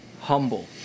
humble